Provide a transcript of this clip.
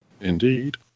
Indeed